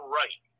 right